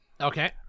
Okay